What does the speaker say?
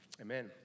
Amen